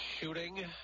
shooting